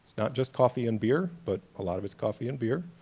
not just coffee and beer but a lot of it's coffee and beer.